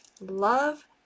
love